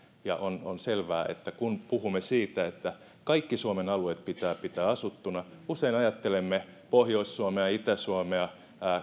on on selvää että kun puhumme siitä että kaikki suomen alueet pitää pitää asuttuina niin usein ajattelemme pohjois suomea ja itä suomea